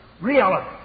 Reality